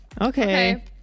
Okay